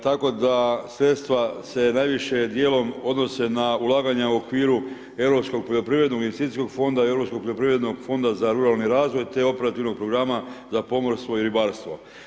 Tako da sredstva se najviše dijelom odnose na ulaganja u okviru Europskog poljoprivrednog investicijskog fonda, Europskog poljoprivrednog fonda za ruralni razvoj, te Operativnog programa za pomorstvo i ribarstvo.